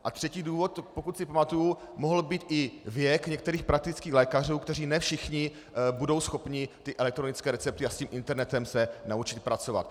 A třetí důvod, pokud si pamatuji, mohl být i věk praktických lékařů, kteří ne všichni budou schopni ty elektronické recepty a s tím internetem se naučit pracovat.